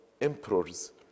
emperors